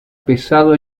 pesado